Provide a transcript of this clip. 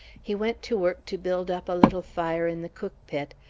he went to work to build up a little fire in the cookpit,